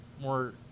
more